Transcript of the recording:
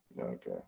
Okay